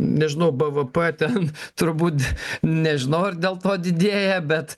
nežinau bvp ten turbūt nežinau ar dėl to didėja bet